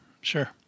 sure